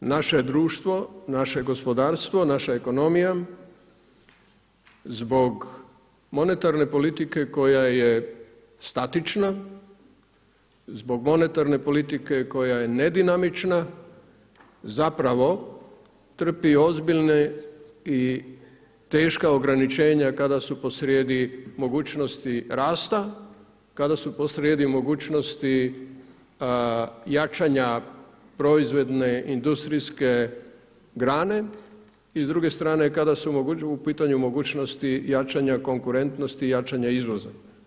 Zemlja, naše društvo, naše gospodarstvo, naša ekonomija zbog monetarne politike koja je statična, zbog monetarne politike koja je nedinamična zapravo trpi ozbiljna i teška ograničenja kada su po srijedi mogućnosti rasta, kada su po srijedi mogućnosti jačanja proizvodne, industrijske grane i s druge strane kada su u pitanju mogućnosti jačanja konkurentnosti i jačanja izvoza.